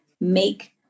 make